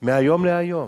מהיום להיום.